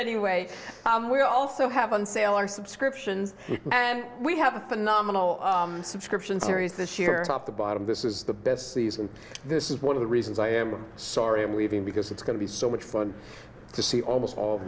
anyway we also have on sale our subscriptions and we have a phenomenal subscription series this year off the bottom this is the best season this is one of the reasons i am sorry i'm leaving because it's going to be so much fun to see almost all